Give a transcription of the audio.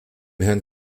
herrn